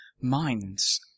minds